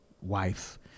wife